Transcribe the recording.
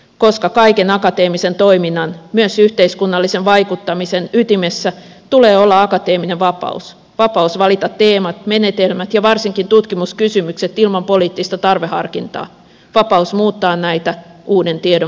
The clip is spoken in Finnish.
koska kaiken akateemisen toiminnan myös yhteiskunnallisen vaikuttamisen ytimessä tulee olla akateeminen vapaus vapaus valita teemat menetelmät ja varsinkin tutkimuskysymykset ilman poliittista tarveharkintaa vapaus muuttaa näitä uuden tiedon valossa